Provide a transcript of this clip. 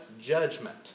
judgment